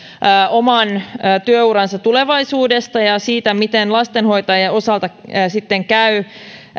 oman työuransa tulevaisuudesta ja ja siitä miten lastenhoitajien osalta sitten käy